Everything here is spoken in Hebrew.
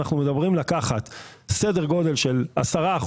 אנחנו מדברים על לקחת סדר גודל של 10%,